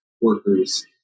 workers